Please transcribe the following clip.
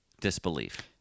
disbelief